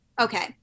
Okay